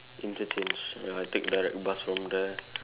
interchange ya I take direct bus from there